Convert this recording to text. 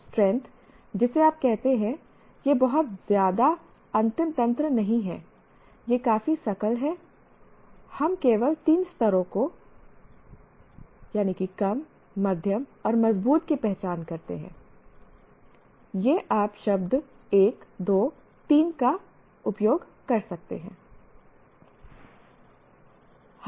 strength जिसे आप कहते हैं यह बहुत ज्यादा अंतिम तंत्र नहीं है यह काफी सकल है हम केवल 3 स्तरों को कम मध्यम और मजबूत की पहचान करते हैं या आप शब्द 1 2 3 का उपयोग कर सकते हैं